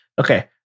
Okay